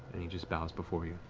and he just bows before you.